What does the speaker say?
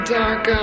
dark